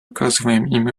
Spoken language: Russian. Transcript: оказываем